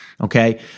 Okay